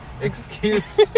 excuse